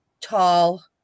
tall